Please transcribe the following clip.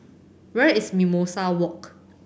where is Mimosa Walk